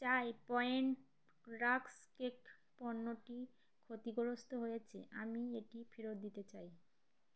চায় Point rusk cake পণ্যটি ক্ষতিগ্রস্থ হয়েছে আমি এটি ফেরত দিতে চাই